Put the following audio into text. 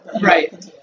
Right